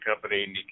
company